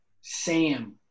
Sam